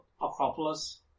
Acropolis